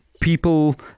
people